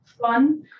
fun